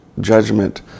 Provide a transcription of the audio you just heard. judgment